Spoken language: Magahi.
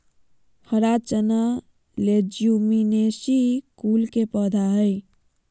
हरा चना लेज्युमिनेसी कुल के पौधा हई